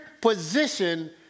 position